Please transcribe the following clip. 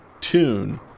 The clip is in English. tune